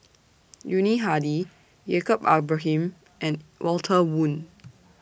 Yuni Hadi Yaacob Ibrahim and Walter Woon